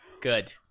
Good